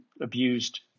abused